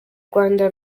rwanda